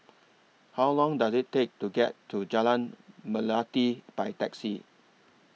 How Long Does IT Take to get to Jalan Melati By Taxi